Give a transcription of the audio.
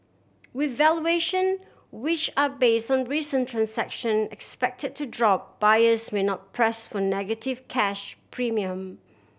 with valuation which are base on recent transaction expected to drop buyers may not press for negative cash premium